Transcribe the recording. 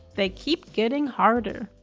they keep getting harder.